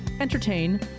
entertain